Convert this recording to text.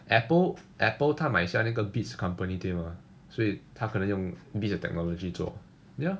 Apple Apple 它买下那个 Beats company mah 所以它可能用 Beats 的 technology 做 ya